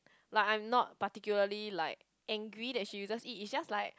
like I'm not particularly like angry that she uses it it's just like